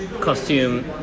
costume